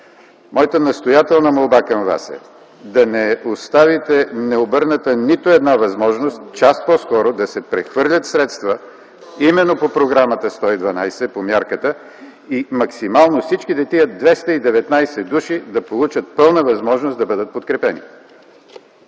Моята настоятелна молба към Вас е да не оставите не обърната нито една възможност час по-скоро да се прехвърлят средства именно по Програмата 112, по мярката, и максимално всичките тези 219 души да получат пълна възможност да бъдат подкрепени.